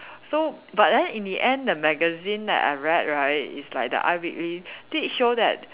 so but then in the end the magazine that I read right is like the i-Weekly did show that